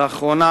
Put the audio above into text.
לאחרונה,